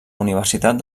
universitat